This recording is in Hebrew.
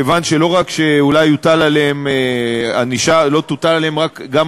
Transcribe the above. כיוון שלא רק שאולי תוטל עליהם ענישה פלילית,